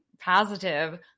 positive